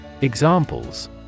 Examples